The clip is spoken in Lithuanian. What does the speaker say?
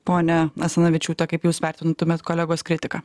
ponia asanavičiūte kaip jūs vertintumėt kolegos kritiką